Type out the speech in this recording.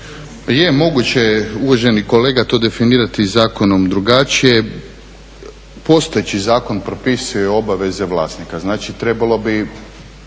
Je, moguće je uvaženi kolega to definirati zakonom drugačije. Postojeći zakon propisuje obaveze vlasnika. Znači trebalo bi